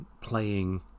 playing